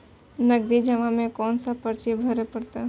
नगदी जमा में कोन सा पर्ची भरे परतें?